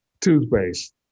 toothpaste